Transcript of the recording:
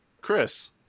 Chris